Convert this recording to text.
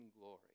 glory